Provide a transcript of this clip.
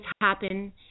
happen